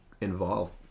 involve